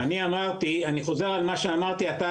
ואתה